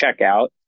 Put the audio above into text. checkout